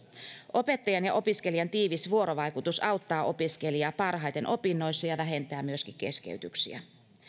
opettajan ja opiskelijan tiivis vuorovaikutus auttaa opiskelijaa parhaiten opinnoissa ja vähentää myöskin keskeytyksiä